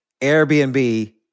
Airbnb